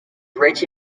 rich